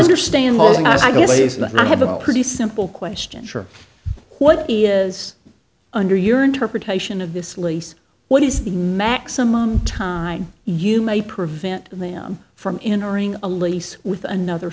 is and i have a pretty simple question sure what he is under your interpretation of this lease what is the maximum time you may prevent them from entering a lease with another